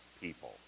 people